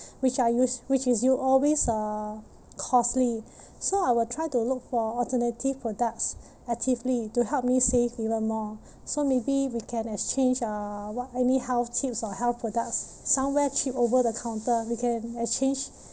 which I use which is you always uh costly so I will try to look for alternative products actively to help me save even more so maybe we can exchange uh what any health tips or health products somewhere cheap over the counter you can exchange